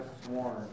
sworn